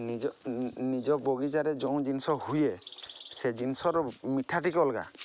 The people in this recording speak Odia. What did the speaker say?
ନିଜ ନିଜ ବଗିଚାରେ ଯେଉଁ ଜିନିଷ ହୁଏ ସେ ଜିନିଷର ମିଠା ଟିକେ ଅଲଗା